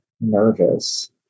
nervous